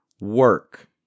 work